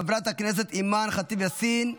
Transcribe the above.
חברת הכנסת אימאן ח'טיב יאסין,